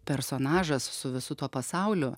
personažas su visu tuo pasauliu